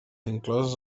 incloses